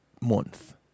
month